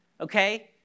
okay